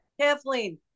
Kathleen